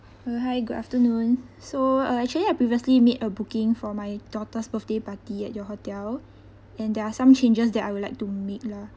uh hi good afternoon so uh actually I previously made a booking for my daughter's birthday party at your hotel and there are some changes that I would like to make lah